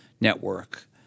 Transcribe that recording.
network